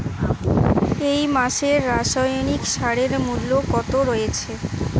এই মাসে রাসায়নিক সারের মূল্য কত রয়েছে?